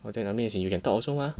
oh that I mean as in you can talk also mah